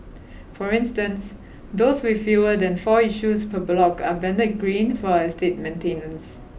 for instance those with fewer than four issues per block are banded green for estate maintenance